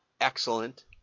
Excellent